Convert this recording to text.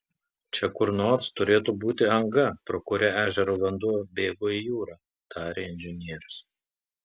čia kur nors turėtų būti anga pro kurią ežero vanduo bėgo į jūrą tarė inžinierius